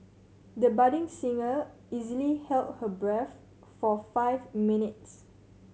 the budding singer easily held her breath for five minutes